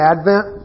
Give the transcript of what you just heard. Advent